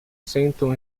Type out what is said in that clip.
sentam